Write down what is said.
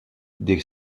des